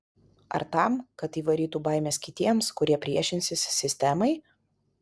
ar tam kad įvarytų baimės kitiems kurie priešinsis sistemai